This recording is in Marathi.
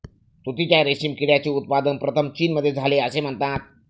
तुतीच्या रेशीम किड्याचे उत्पादन प्रथम चीनमध्ये झाले असे म्हणतात